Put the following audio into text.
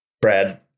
Brad